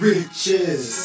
Riches